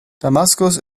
damaskus